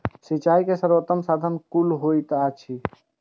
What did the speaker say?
सिंचाई के सर्वोत्तम साधन कुन होएत अछि?